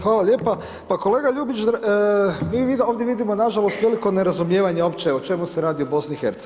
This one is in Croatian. Hvala lijepo kolega Ljubić mi ovdje vidimo nažalost veliko nerazumijevanje uopće o čemu se radi u BIH.